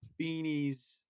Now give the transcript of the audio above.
beanies